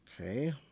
Okay